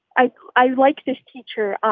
i i like this teacher, um